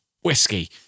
whiskey